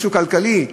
משהו כלכלי?